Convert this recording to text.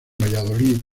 valladolid